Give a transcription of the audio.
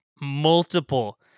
multiple